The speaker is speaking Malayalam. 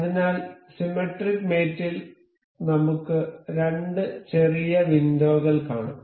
അതിനാൽ സിമെട്രിക് മേറ്റ് ൽ നമുക്ക് രണ്ട് ചെറിയ വിൻഡോകൾ കാണാം